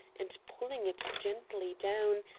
and, pulling it gently down,